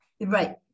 Right